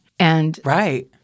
Right